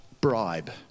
bribe